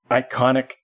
iconic